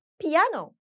piano